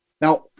Now